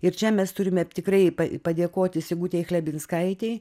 ir čia mes turime tikrai padėkoti sigutei klevinskaitei